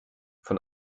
von